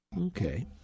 Okay